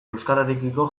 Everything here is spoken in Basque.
euskararekiko